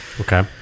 Okay